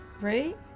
Right